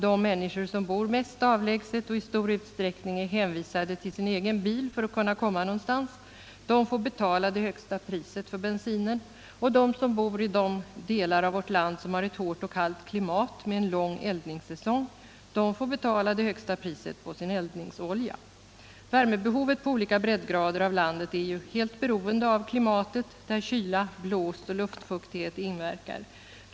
De människor som bor mest avlägset och i stor utsträckning är hänvisade till sin egen bil för att komma någonstans får f. n. betala det högsta priset för bensinen. och de som bor i de delar av vårt land som har ett hårt och kallt klimat med en lång eldningssäsong får betala det högsta priset för sin eldningsolja. Värmebehovet på olika breddgrader av landet är ju helt beroende av klimatet, där kyla, blåst och luftfuktighet inverkar.